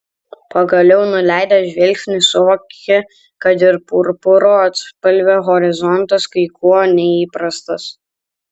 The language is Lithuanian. pagaliau nuleidęs žvilgsnį suvokė kad ir purpuro atspalvio horizontas kai kuo neįprastas